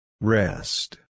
Rest